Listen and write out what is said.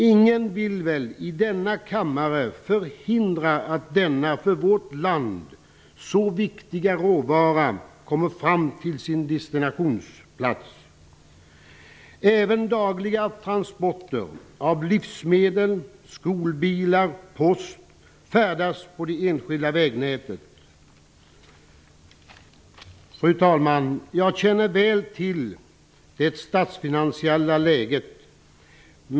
Ingen i denna kammare vill väl förhindra att denna för vårt land så viktiga råvara kommer fram till sin destinationsplats. Även dagliga transporter av livsmedel, skolbilar och post färdas på det enskilda vägnätet. Fru talman! Jag känner väl till det statsfinansiella läget.